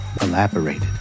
elaborated